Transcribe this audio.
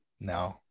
no